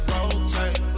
Rotate